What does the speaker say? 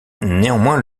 néanmoins